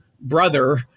brother